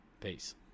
Peace